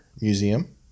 Museum